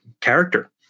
character